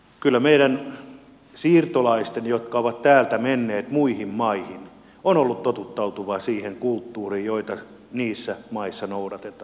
kyllä meidän siirtolaisten jotka ovat täältä menneet muihin maihin on ollut totuttava siihen kulttuuriin jota niissä maissa noudatetaan